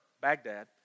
Baghdad